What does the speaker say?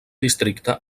districte